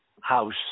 House